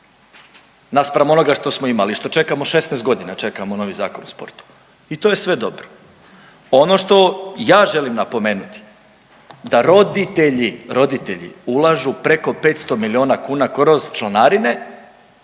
naspram onoga što smo imali i što čekamo 16 godina čekamo novi Zakon o sportu i to je sve dobro. Ono što ja želim napomenuti da roditelji, roditelji ulažu preko 500 milijuna kuna kroz članarine,